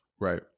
Right